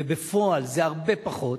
ובפועל זה הרבה פחות,